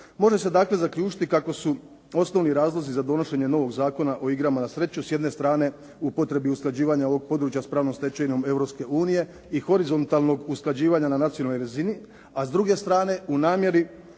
Može se dakle zaključiti kako su osnovni razlozi za donošenje novog Zakona o igrama na sreću s jedne strane o potrebi usklađivanja ovog područja sa pravnom stečevinom Europske unije i horizontalnog usklađivanja na nacionalnoj razini a s druge strane u namjeri